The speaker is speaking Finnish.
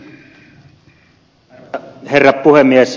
arvoisa herra puhemies